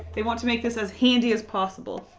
they want to make this as handy as possible.